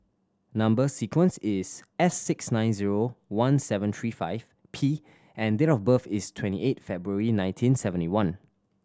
number sequence is S six nine zero one seven three five P and date of birth is twenty eight February nineteen seventy one